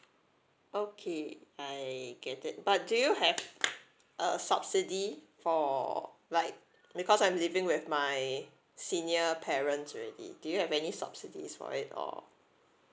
okay I get it but do you have uh subsidy for like because I'm living with my senior parents already do you have any subsidies for it or